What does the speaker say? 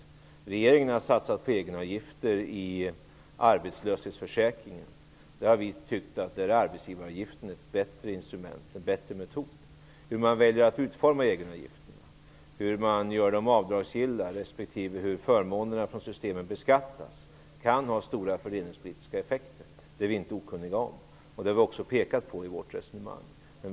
Regeringen har satsat på egenavgifter i arbetslöshetsförsäkringen. Där har vi tyckt att arbetsgivaravgiften är ett bättre instrument och en bättre metod. Hur man klarar att utforma egenavgifterna, hur de görs avdragsgilla respektive hur förmåner i systemet beskattas kan ha stora fördelningspolitiska effekter. Vi är inte okunniga om det. Vi har också pekat på detta i vårt resonemang.